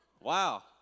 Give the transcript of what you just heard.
Wow